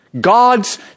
God's